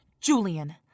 Julian